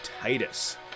Titus